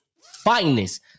finest